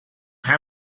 how